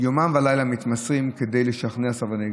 יומם ולילה מתמסרים כדי לשכנע סרבני גט.